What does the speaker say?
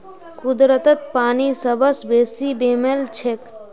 कुदरतत पानी सबस बेसी बेमेल छेक